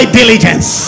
diligence